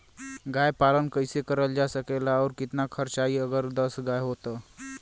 गाय पालन कइसे करल जा सकेला और कितना खर्च आई अगर दस गाय हो त?